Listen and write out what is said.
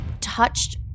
touched